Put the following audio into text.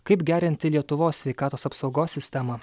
kaip gerinti lietuvos sveikatos apsaugos sistemą